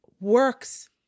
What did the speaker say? works